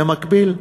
במקביל.